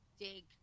dig